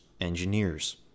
engineers